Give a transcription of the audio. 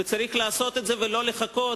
וצריך לעשות את זה ולא לחכות,